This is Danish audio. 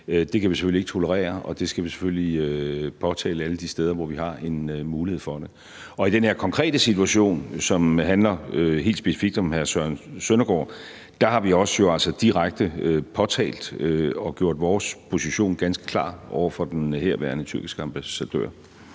Det kan vi selvfølgelig ikke tolerere, og det skal vi selvfølgelig påtale alle de steder, hvor vi har en mulighed for det. Og i den her konkrete situation, som helt specifikt handler om hr. Søren Søndergaard, har vi jo altså også direkte påtalt det og gjort vores position ganske klar over for den herværende tyrkiske ambassadør.